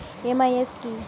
MIS কি?